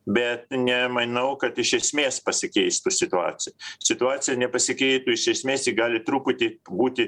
bet nemanau kad iš esmės pasikeistų situacija situacija nepasikeitus iš esmės ji gali truputį būti